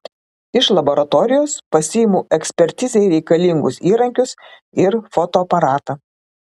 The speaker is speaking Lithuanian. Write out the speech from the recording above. iš laboratorijos pasiimu ekspertizei reikalingus įrankius ir fotoaparatą